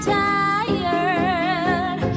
tired